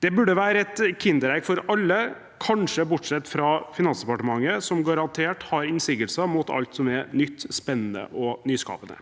Det burde være et kinderegg for alle – kanskje bortsett fra Finansdepartementet, som garantert har innsigelser mot alt som er nytt, spennende og nyskapende.